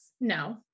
no